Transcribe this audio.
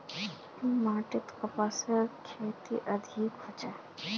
कुन माटित कपासेर खेती अधिक होचे?